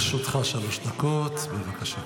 לרשותך שלוש דקות, בבקשה.